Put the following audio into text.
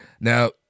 Now